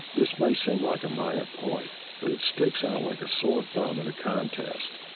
this may seem like a minor point but it sticks out like a sore thumb at a contest.